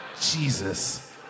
Jesus